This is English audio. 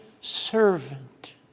servant